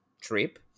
trip